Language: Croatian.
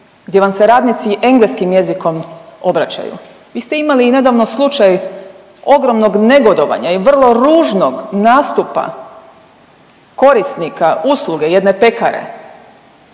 gdje vam se radnici engleskim jezikom obraćaju. Vi ste imali i nedavno slučaj ogromnog negodovanja i vrlo ružnog nastupa korisnika usluge jedne pekare